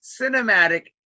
cinematic